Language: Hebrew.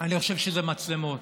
אני חושב שזה מצלמות.